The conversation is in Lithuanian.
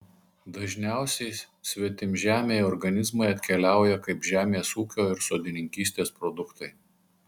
dažniausiai svetimžemiai organizmai atkeliauja kaip žemės ūkio ir sodininkystės produktai